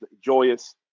joyous